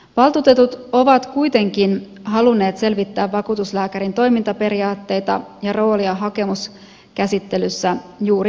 valtuutetut ovat kuitenkin halunneet selvittää vakuutuslääkärin toimintaperiaatteita ja roolia hakemuskäsittelyssä juuri kelassa